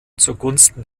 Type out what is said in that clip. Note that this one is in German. zugunsten